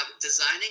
designing